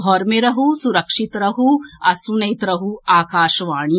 घर मे रहू सुरक्षित रहू आ सुनैत रहू आकाशवाणी